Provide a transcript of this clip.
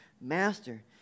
Master